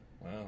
Wow